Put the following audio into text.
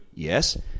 Yes